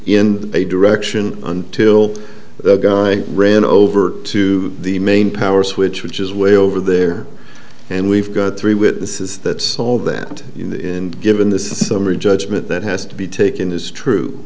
the a direction until the guy ran over to the main power switch which is way over there and we've got three with this is that all that in given the summary judgment that has to be taken is true